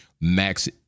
Max